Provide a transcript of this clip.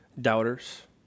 doubters